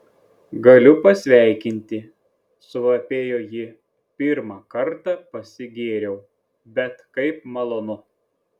gali pasveikinti suvapėjo ji pirmą kartą pasigėriau bet kaip malonu